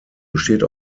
besteht